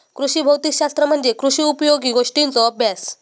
कृषी भौतिक शास्त्र म्हणजे कृषी उपयोगी गोष्टींचों अभ्यास